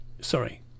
sorry